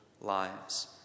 lives